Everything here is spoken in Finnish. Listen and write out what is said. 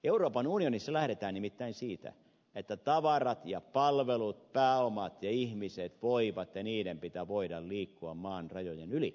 euroopan unionissa lähdetään nimittäin siitä että tavarat ja palvelut pääomat ja ihmiset voivat ja niiden pitää voida liikkua maan rajojen yli